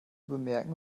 bemerken